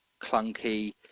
clunky